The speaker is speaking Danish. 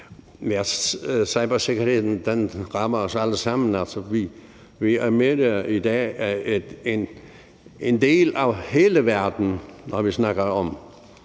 cybersikkerheden rammer os alle sammen. Vi er i dag en del af hele verden, når vi snakker om